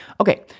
Okay